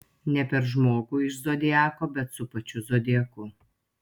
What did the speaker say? ne per žmogų iš zodiako bet su pačiu zodiaku